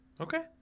Okay